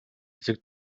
хэсэг